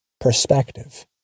perspective